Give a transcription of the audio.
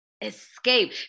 Escape